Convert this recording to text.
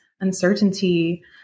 uncertainty